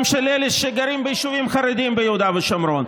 גם של אלה שגרים ביישובים חרדיים ביהודה ושומרון.